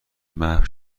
محو